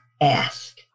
ask